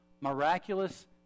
miraculous